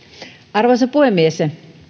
arvoisa puhemies